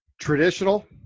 traditional